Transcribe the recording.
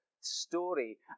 story